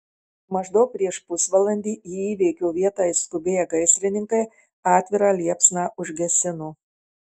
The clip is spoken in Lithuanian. maždaug prieš pusvalandį į įvykio vietą išskubėję gaisrininkai atvirą liepsną užgesino